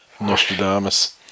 Nostradamus